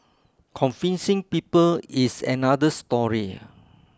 convincing people is another story